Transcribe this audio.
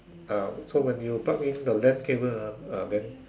ah so when you pluck in the land cable ah then